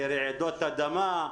לרעידות אדמה,